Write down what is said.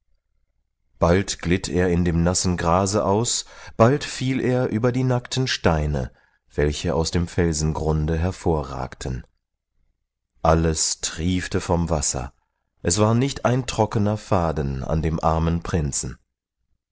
bald glitt er in dem nassen grase aus bald fiel er über die nackten steine welche aus dem felsengrunde hervorragten alles triefte vom wasser es war nicht ein trockener faden an dem armen prinzen